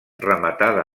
rematada